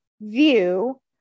view